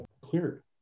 cleared